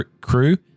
crew